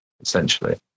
essentially